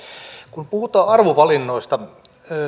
kun puhutaan arvovalinnoista